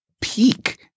peak